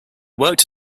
worked